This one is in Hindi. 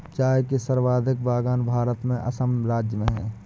चाय के सर्वाधिक बगान भारत में असम राज्य में है